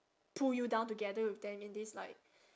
pull you down together with them in this like